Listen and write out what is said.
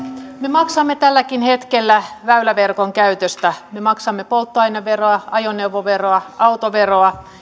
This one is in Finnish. me maksamme tälläkin hetkellä väyläverkon käytöstä me maksamme polttoaineveroa ajoneuvoveroa autoveroa